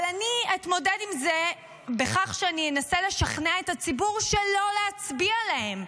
אבל אני אתמודד עם זה בכך שאני אנסה לשכנע את הציבור לא להצביע להם,